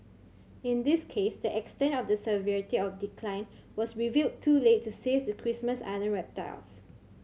in this case the extent of the severity of decline was revealed too late to save the Christmas Island reptiles